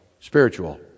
spiritual